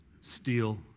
steal